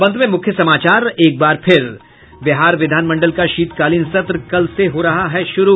और अब अंत में मुख्य समाचार एक बार फिर बिहार विधानमंडल का शीतकालीन सत्र कल से हो रहा है शुरू